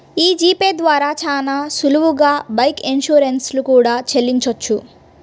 యీ G pay ద్వారా చానా సులువుగా బైక్ ఇన్సూరెన్స్ లు కూడా చెల్లించొచ్చు